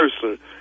person